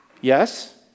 yes